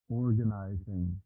organizing